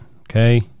Okay